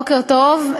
בוקר טוב.